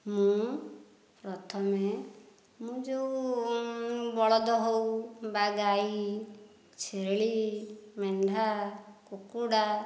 ମୁଁ ପ୍ରଥମେ ମୁଁ ଯେଉଁ ବଳଦ ହେଉ ବା ଗାଈ ଛେଳି ମେଣ୍ଢା କୁକୁଡ଼ା